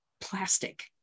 plastic